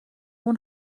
اون